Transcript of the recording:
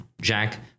Jack